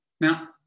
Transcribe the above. Now